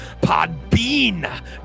podbean